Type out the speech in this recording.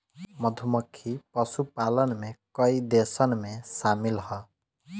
मधुमक्खी पशुपालन में कई देशन में शामिल ह